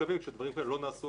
דברים כאלה לא נעשו עד כה.